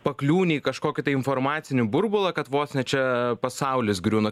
pakliūni į kažkokį tai informacinį burbulą kad vos ne čia pasaulis griūna